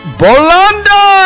bolanda